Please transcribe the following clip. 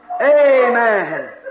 Amen